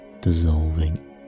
dissolving